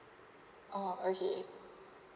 ah okay